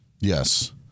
Yes